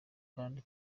kandi